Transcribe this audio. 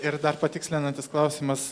ir dar patikslinantis klausimas